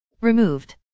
Removed